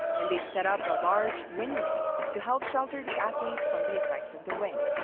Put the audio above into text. and they've set up a large wind net to help shelter the athletes from the effects of the wind.